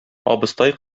абыстай